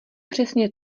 přesně